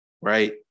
right